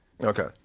Okay